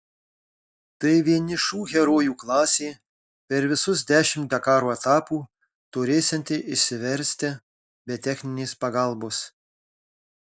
tai vienišų herojų klasė per visus dešimt dakaro etapų turėsianti išsiversti be techninės pagalbos